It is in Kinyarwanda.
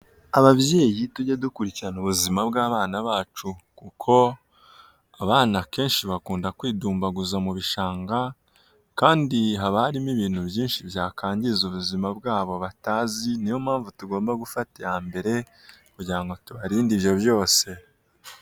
Ababyeyi tujye dukurikirana ubuzima bw'abana bacu, kuko abana akenshi bakunda kwidumbaguza mu bishanga kandi haba harimo ibintu byinshi byakwangiza ubuzima bwabo batazi, niyo mpamvu tugomba gufata iya mbere kugira ngo tubarinde ibyo byose.